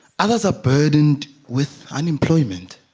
others are burdened with unemployment